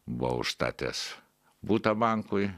buvau užstatęs butą bankui